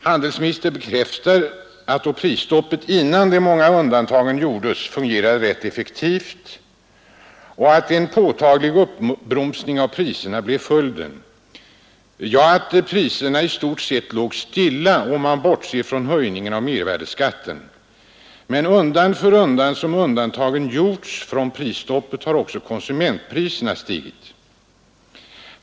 Handelsministern bekräftar att prisstoppet, innan de många undantagen gjordes, fungerade rätt effektivt och att en påtaglig uppbromsning av priserna blev följden, ja, att priserna i stort sett låg stilla om man bortser från höjningen av mervärdeskatten. Men undan för undan som undantagen gjorts från prisstoppet har också konsumentpriserna stigit.